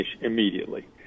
immediately